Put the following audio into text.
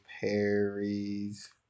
Perry's